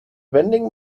vending